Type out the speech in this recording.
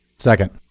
second.